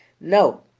No